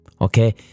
...okay